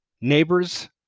neighbors